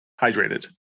hydrated